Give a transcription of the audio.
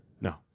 No